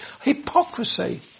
hypocrisy